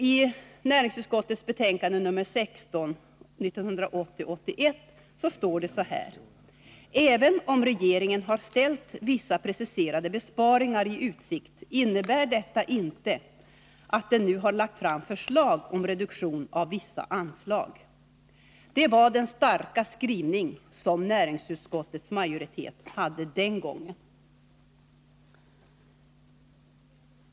I näringsutskottets betänkande 1980/81:16 står det så här: ”Även om regeringen har ställt vissa preciserade besparingar i utsikt innebär detta inte att den nu har lagt fram förslag om reduktion av vissa anslag.” — Det var den starka skrivning som näringsutskottets majoritet hade den gången.